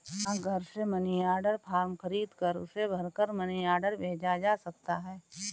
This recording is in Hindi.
डाकघर से मनी ऑर्डर फॉर्म खरीदकर उसे भरकर मनी ऑर्डर भेजा जा सकता है